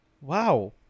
Wow